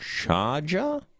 Charger